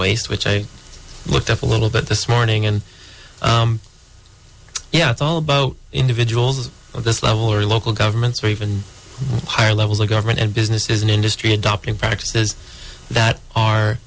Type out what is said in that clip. waste which i looked up a little bit this morning and you know it's all about individuals on this level or local governments or even higher levels of government and business is an industry adopting practices that are